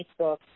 Facebook